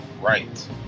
right